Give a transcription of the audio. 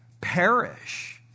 perish